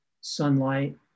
sunlight